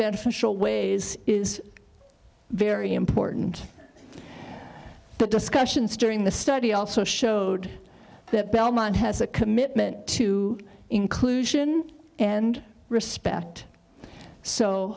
beneficial ways is very important the discussions during the study also showed that belmont has a commitment to inclusion and respect so